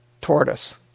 tortoise